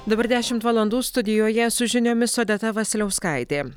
dabar dešimt valandų studijoje su žiniomis odeta vasiliauskaitė